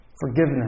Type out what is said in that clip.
forgiveness